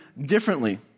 differently